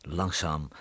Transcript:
langzaam